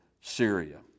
Syria